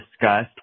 discussed